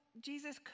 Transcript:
Jesus